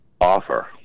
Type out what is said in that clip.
offer